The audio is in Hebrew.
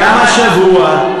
גם השבוע,